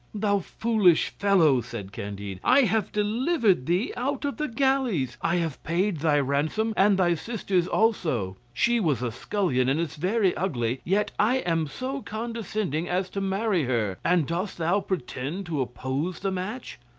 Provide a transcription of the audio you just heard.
thou foolish fellow, said candide i have delivered thee out of the galleys, i have paid thy ransom, and thy sister's also she was a scullion, and is very ugly, yet i am so condescending as to marry her and dost thou pretend to oppose the match?